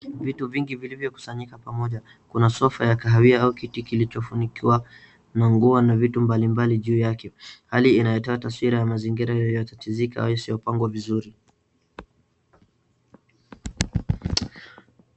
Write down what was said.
Vitu vingi vilivyokusanyika pamoja, kuna sofa ya kahawia au kiti kilichofunikiwa na nguo na vitu mbalimbali juu yake. Hali inayotoa taswira ya mazingira yaliyotatizika auyasiyopangwa vizuri.